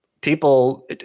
people